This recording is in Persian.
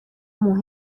مهم